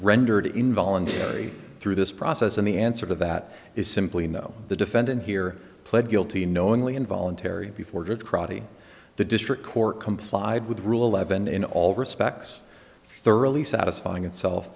rendered involuntary through this process and the answer to that is simply no the defendant here pled guilty knowingly involuntary before judge crotty the district court complied with rule eleven in all respects thoroughly satisfying itself